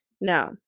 now